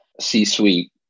C-suite